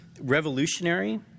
revolutionary